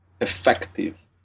effective